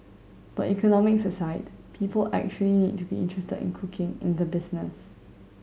but economics aside people actually need to be interested in cooking in the business